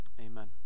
Amen